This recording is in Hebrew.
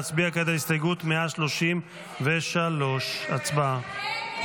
נצביע כעת על הסתייגות 133. הצבעה.